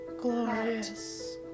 glorious